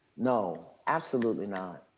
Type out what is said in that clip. no, absolutely not.